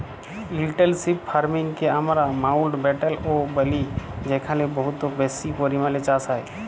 intensive farming কে আমরা মাউল্টব্যাটেল ও ব্যলি যেখালে বহুত বেশি পরিমালে চাষ হ্যয়